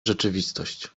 rzeczywistość